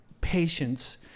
patience